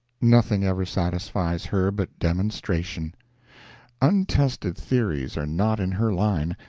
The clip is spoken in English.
nothing ever satisfies her but demonstration untested theories are not in her line,